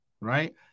right